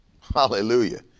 Hallelujah